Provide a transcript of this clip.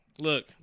look